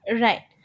Right